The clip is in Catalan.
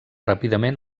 ràpidament